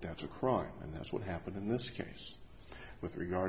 that's a crime and that's what happened in this case with regard